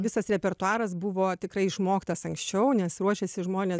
visas repertuaras buvo tikrai išmoktas anksčiau nes ruošėsi žmonės